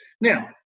now